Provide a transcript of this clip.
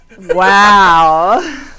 Wow